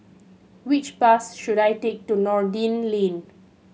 which bus should I take to Noordin Lane